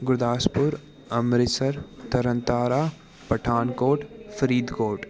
Gurdaspur Amritsar Tarn Taran Pathankot Faridkot